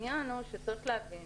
העניין האו שצריך להבין